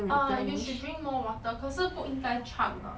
uh you should drink more water 可是不应该 chug 的